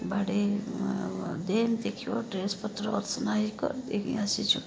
ବାଡ଼େଇ ଦେନ ଦେଖିବ ଡ୍ରେସ୍ ପତ୍ର ଅସନା ହେଇ କରିଦେଇକି ଆସିଛୁ